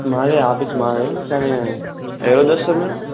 మాదే ఆఫీస్ మాదే కానీ ఏ రోజు వస్తారు మరి